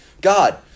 God